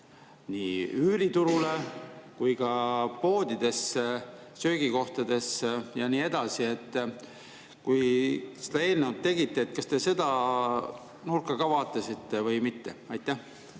nii üüriturule kui ka poodidesse, söögikohtadesse ja nii edasi. Kui seda eelnõu tegite, kas te seda nurka ka vaatasite või mitte? Aitäh!